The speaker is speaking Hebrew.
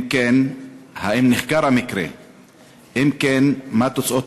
2. אם כן, האם נחקר המקרה?